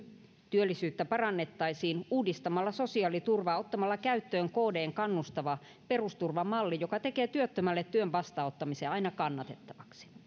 työllisyyttä parannettaisiin uudistamalla sosiaaliturvaa ottamalla käyttöön kdn kannustava perusturvamalli joka tekee työttömälle työn vastaanottamisen aina kannattavaksi